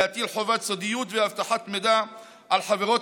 להטיל חובת סודיות ואבטחת מידע על חברות